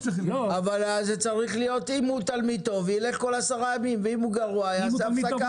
אם הוא תלמיד טוב ילך כל עשרה ימים ואם הוא גרוע יעשה הפסקה,